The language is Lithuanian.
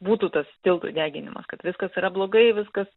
būtų tas tiltų deginimas kad viskas yra blogai viskas